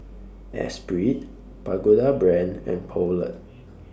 Esprit Pagoda Brand and Poulet